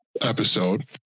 episode